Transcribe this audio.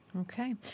Okay